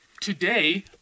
Today